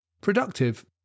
Productive